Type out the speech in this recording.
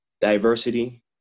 diversity